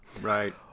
Right